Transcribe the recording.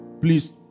please